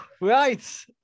right